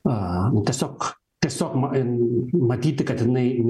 a tiesiog tiesiog ma matyti kad jinai